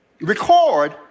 record